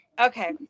Okay